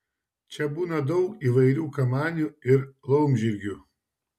čia būna daug įvairių kamanių ir laumžirgių